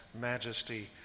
majesty